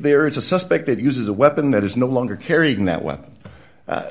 there is a suspect that uses a weapon that is no longer carrying that weapon